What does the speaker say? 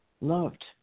loved